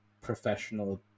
professional